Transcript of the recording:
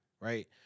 right